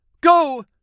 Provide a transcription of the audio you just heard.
Go